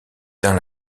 teint